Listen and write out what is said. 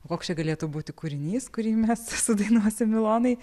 o koks čia galėtų būti kūrinys kurį mes sudainuosim ilonai